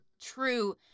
true